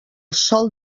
sol